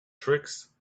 tricks